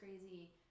crazy